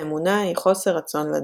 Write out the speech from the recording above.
האמונה היא חוסר רצון לדעת.